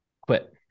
quit